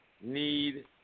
need